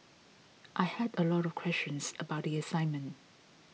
I had a lot of questions about the assignment